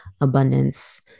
abundance